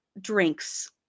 drinks